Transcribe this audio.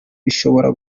bishobora